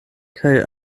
kaj